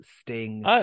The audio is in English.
sting